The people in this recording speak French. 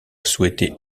souhaitait